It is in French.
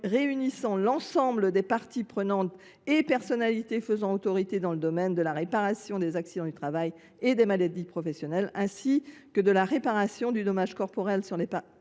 réunissant l’ensemble des parties prenantes et des personnalités faisant autorité dans le domaine de la réparation des accidents du travail et des maladies professionnelles, ainsi que de la réparation du dommage corporel, soit les partenaires